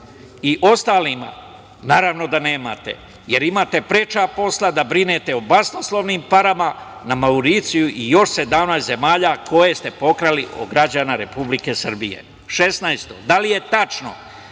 i ostalima? Naravno da nemate, jer imate preča posla, da brinete o basnoslovnim parama na Mauricijusu i još 17 zemalja koje ste pokrali od građana Republike Srbije. Šesnaesto